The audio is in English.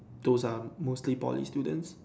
those are mostly Poly students